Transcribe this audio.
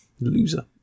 Loser